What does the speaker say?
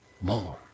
more